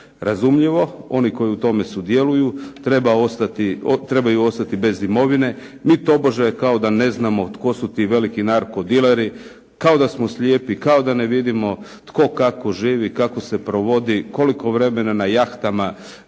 Razumljivo oni koji u tome sudjeluju, trebaju ostati bez imovine. Mi kao tobože ne znamo tko su ti veliki narkodileri. Kao da smo slijepi, kao da ne vidimo, tko kako živi, kako se provodi, koliko vremena na jahtama